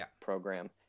program